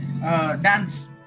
dance